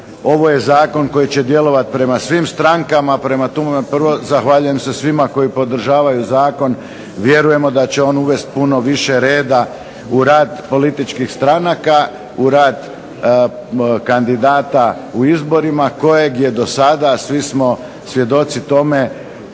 Ovo je zakon koji će djelovati prema svim strankama. Prema tome, prvo zahvaljujem se svima koji podržavaju zakon. Vjerujemo da će on uvest puno više reda u rad političkih stranaka, u rad kandidata u izborima kojeg je do sada, svi smo svjedoci tome,